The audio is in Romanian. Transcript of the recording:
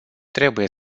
trebuie